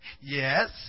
Yes